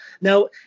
now